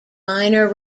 minor